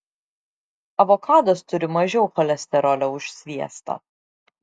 avokadas turi mažiau cholesterolio už sviestą